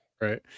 Right